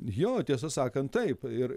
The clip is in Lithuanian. jo tiesa sakant taip ir